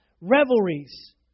revelries